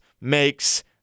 makes